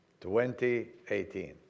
2018